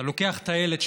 אתה לוקח את הילד שלך,